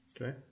Okay